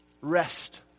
Rest